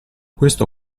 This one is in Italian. questo